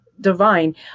divine